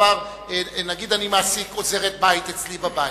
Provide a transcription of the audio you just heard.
נגיד אני מעסיק עוזרת-בית אצלי בבית,